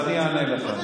אז אני אענה לך,